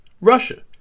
Russia